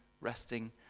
resting